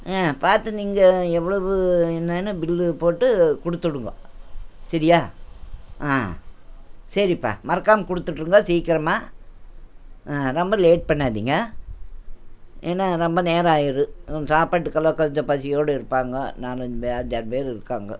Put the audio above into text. பார்த்து நீங்கள் எவ்வளவு என்னனு பில்லு போட்டு கொடுத்துடுங்கோ சரியா ஆ சரிப்பா மறக்காமல் கொடுத்துட்ருங்க சீக்கரமாக ரொம்ப லேட் பண்ணாதிங்க ஏன்னா ரொம்ப நேராமாயிடும் சாப்பாட்டுக்கெல்லாம் கொஞ்சம் பசியோடு இருப்பாங்கோ நாலு அஞ்சாரு பேர் இருக்காங்க